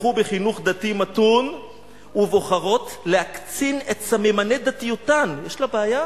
"שצמחו בחינוך דתי מתון ובוחרות להקצין את סממני דתיותן" יש לה בעיה?